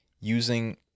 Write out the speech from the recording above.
using